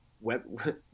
web